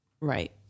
Right